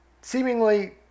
seemingly